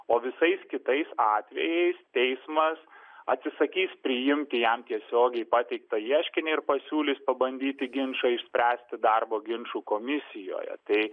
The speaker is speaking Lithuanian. o visais kitais atvejais teismas atsisakys priimti jam tiesiogiai pateiktą ieškinį ir pasiūlys pabandyti ginčą išspręsti darbo ginčų komisijoje tai